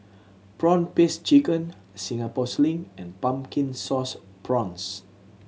prawn paste chicken Singapore Sling and Pumpkin Sauce Prawns